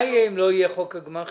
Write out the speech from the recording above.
מה יקרה אם לא יהיה חוק הגמ"חים?